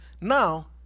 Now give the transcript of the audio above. now